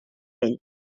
ell